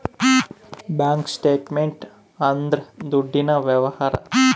bank statement ಅಂದ್ರ ದುಡ್ಡಿನ ವ್ಯವಹಾರ